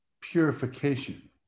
purification